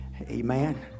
amen